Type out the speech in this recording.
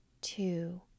two